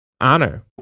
honor